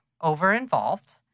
over-involved